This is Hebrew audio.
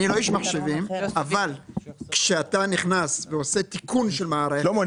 אני לא איש מחשבים אבל כשאתה נכנס ועושה תיקון של מערכת --- שלמה,